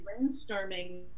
brainstorming